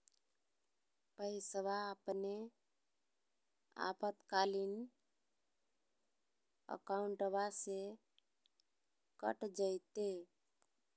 पैस्वा अपने आपातकालीन अकाउंटबा से कट जयते?